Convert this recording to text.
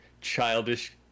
childish